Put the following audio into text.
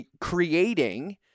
creating